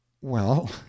Well